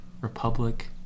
Republic